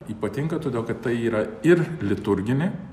ypatinga todėl kad tai yra ir liturginė